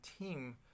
team